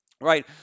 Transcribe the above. Right